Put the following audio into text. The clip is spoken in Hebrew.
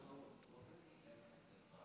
ההצעה להעביר את הנושא לוועדת העבודה,